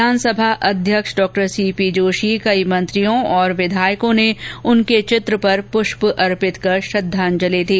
विधानसभा अध्यक्ष डॉ सीपी जोशी कई मंत्रियों और विधायकों ने उनके चित्र पर पुष्प अर्पित कर श्रृद्धांजलि दी